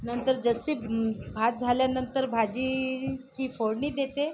नंतर जसे भात झाल्यानंतर भाजीची फोडणी देते